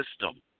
system